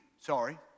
sorry